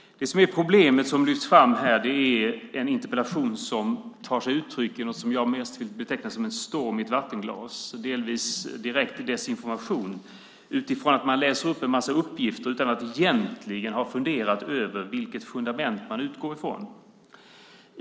Det som är problemet som lyfts fram här är en interpellation som tar sig uttryck i något som jag mest vill beteckna som en storm i ett vattenglas. Delvis är det direkt desinformation utifrån att man läser upp en massa uppgifter utan att egentligen ha funderat över vilket fundament som man utgår från.